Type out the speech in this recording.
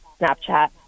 snapchat